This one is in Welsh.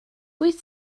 wyt